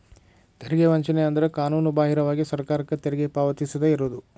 ತೆರಿಗೆ ವಂಚನೆ ಅಂದ್ರ ಕಾನೂನುಬಾಹಿರವಾಗಿ ಸರ್ಕಾರಕ್ಕ ತೆರಿಗಿ ಪಾವತಿಸದ ಇರುದು